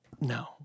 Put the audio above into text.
No